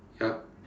yup